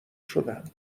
شدم